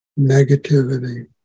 negativity